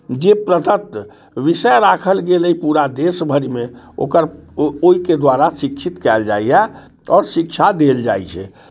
जे प्रदत्त विषय राखल गेल अइ पूरा देश भरिमे ओकर ओहिके द्वारा शिक्षित कयल जाइए आओर शिक्षा देल जाइत छै